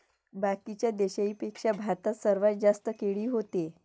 बाकीच्या देशाइंपेक्षा भारतात सर्वात जास्त केळी व्हते